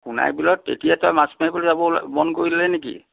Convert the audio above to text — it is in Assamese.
সোনাই বিলত এতিয়া তই মাছ মাৰিবলৈ যাব ওলাব মন কৰিলি নেকি